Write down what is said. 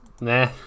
Nah